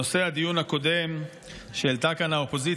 אני רוצה לפתוח בנושא הדיון הקודם שהעלתה כאן האופוזיציה.